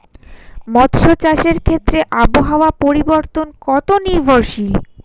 মৎস্য চাষের ক্ষেত্রে আবহাওয়া পরিবর্তন কত নির্ভরশীল?